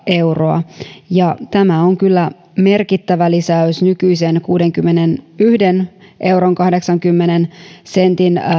euroa ja tämä on kyllä merkittävä lisäys nykyisen kuudenkymmenenyhden euron kahdeksankymmenen sentin